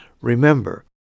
Remember